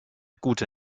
gute